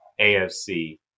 AFC